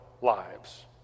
lives